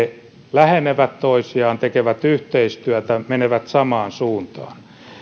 lähenevät toisiaan tekevät yhteistyötä menevät samaan suuntaan